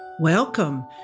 Welcome